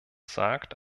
sagt